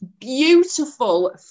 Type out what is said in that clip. beautiful